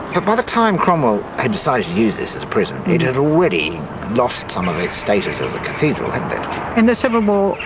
but by the time cromwell had decided to use this as prison it had already lost some of its status as a cathedral, hadn't it? in the civil war,